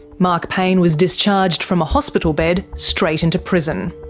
mark payne was discharged from a hospital bed, straight into prison.